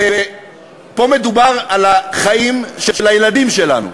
ופה מדובר על החיים של הילדים שלנו,